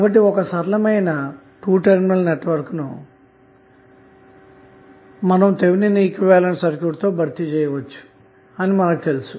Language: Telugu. కాబట్టి ఒకసరళమైన 2 టెర్మినల్నెట్వర్క్ను మీరు థెవినిన్ ఈక్వివలెంట్ సర్క్యూట్ ద్వారా భర్తీ చేయవచ్చు అని మనకు తెలుసు